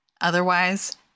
Otherwise